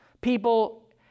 people